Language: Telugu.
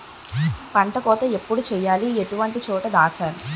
పంట కోత ఎప్పుడు చేయాలి? ఎటువంటి చోట దాచాలి?